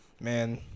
Man